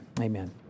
Amen